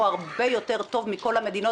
הוא הרבה יותר טוב מכל המדינות,